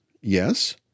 Yes